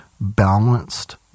balanced